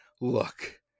look